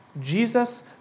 Jesus